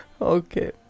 okay